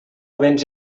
venç